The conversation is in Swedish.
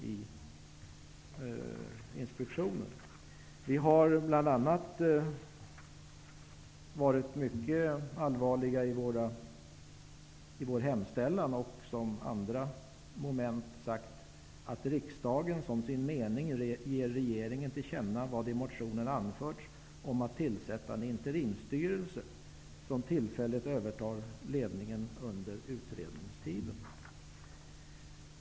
I vår hemställan har vi varit mycket allvarliga. I p. 2 yrkar vi att riksdagen ''som sin mening ger regeringen till känna vad i motionen anförts om att tillsätta en interimsstyrelse som tillfälligt övertar ledningen under utredningstiden''.